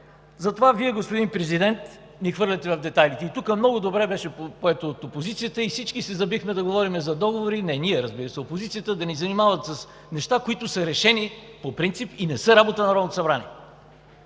Затова Вие, господин Президент, ни хвърляте в детайлите и тук много добре беше поето от опозицията и всички се забихме да говорим за договори. Не ние, разбира се, опозицията ни занимава с неща, които са решени по принцип и не са работа на Народното събрание.